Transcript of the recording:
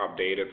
updated